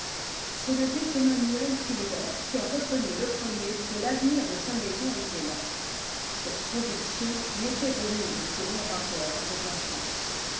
c'est le duc emmanuel philibert qui a reconnu le premier que l'avenir de sa maison était là cette conviction lui était venue de ses longs rapports avec la france